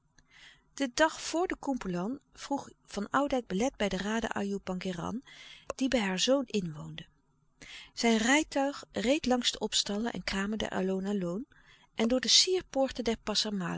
den dag vor de koempoelan vroeg van oudijck belet bij de raden ajoe pangéran die bij haar zoon inwoonde zijn rijtuig reed langs de stille kracht de opstallen en kramen der aloon aloon en door de sierpoorten der